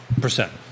percent